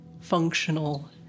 functional